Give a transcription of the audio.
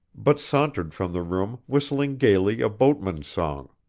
but sauntered from the room whistling gayly a boatman's song.